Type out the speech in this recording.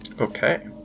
Okay